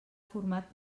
format